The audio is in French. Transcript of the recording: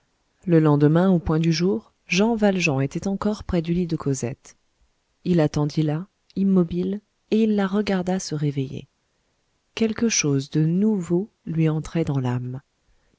le lendemain au point du jour jean valjean était encore près du lit de cosette il attendit là immobile et il la regarda se réveiller quelque chose de nouveau lui entrait dans l'âme